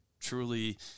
truly